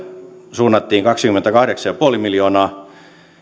suunnattiin kaksikymmentäkahdeksan pilkku viisi miljoonaa